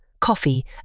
coffee